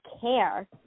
care